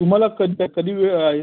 तुम्हाला कद कधी वेळ आहे